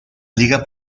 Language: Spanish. liga